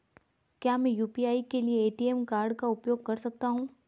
क्या मैं यू.पी.आई के लिए ए.टी.एम कार्ड का उपयोग कर सकता हूँ?